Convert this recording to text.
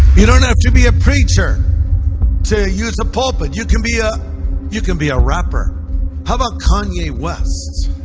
you don't have to be a preacher to use the pulpit you can be a you can be a rapper how about kanye west's